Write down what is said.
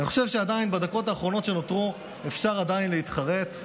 אני חושב שבדקות האחרונות שנותרו עדיין אפשר להתחרט.